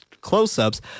close-ups